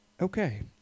Okay